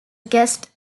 guest